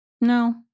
no